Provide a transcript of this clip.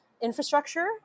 infrastructure